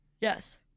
Yes